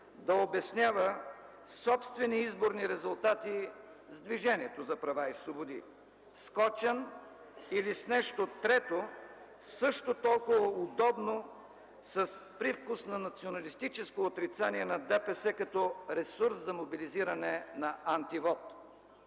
да обяснява собствени изборни резултати с Движението за права и свободи – със с. Кочан, или с нещо трето също толкова удобно, с привкус на националистическо отрицание на ДПС като ресурс за мобилизиране на антивот.